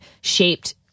shaped